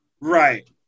Right